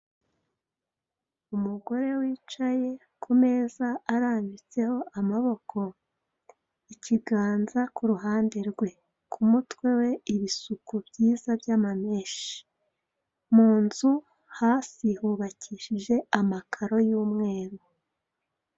Umugore wicaye ku meza arambitseho amaboko, ikiganza ku ruhande rwe, ku mutwe we ibisuko byiza by'amamenshi. Mu nzu hasi hubakishije amakaro y'umweru.